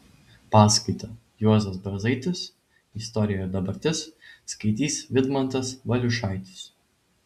paskaitą juozas brazaitis istorija ir dabartis skaitys vidmantas valiušaitis